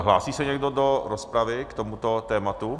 Hlásí se někdo do rozpravy k tomuto tématu?